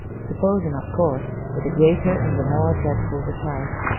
supposing, of course, that the greater and the more dreadful the fight,